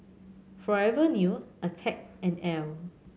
Forever New Attack and Elle